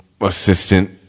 assistant